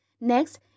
Next